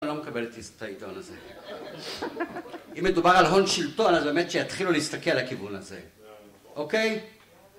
אני לא מקבל את העיתון הזה, אם מדובר על הון שלטון אז באמת שיתחילו להסתכל על הכיוון הזה. אוקיי?